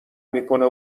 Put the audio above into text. میکنه